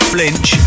Flinch